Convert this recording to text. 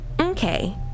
okay